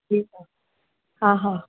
ठीकु आहे हा हा